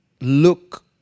look